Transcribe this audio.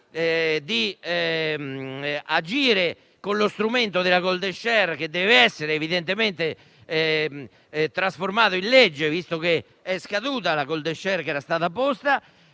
di agire con lo strumento della *golden share,* che dev'essere evidentemente trasformata in legge, visto che è scaduta quella che era stata posta.